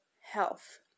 health